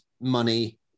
money